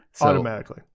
automatically